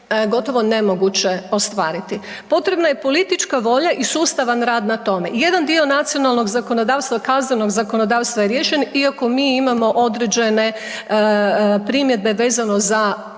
gotovo nemoguće ostvariti. Potrebna je politička volja i sustavan rad na tome. Jedan dio nacionalnog zakonodavstva, kaznenog zakonodavstva je riješen iako mi imamo određene primjedbe vezano za